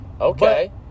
Okay